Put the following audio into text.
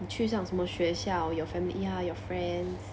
去上什么学校 your family ya your friends